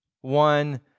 one